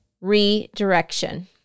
redirection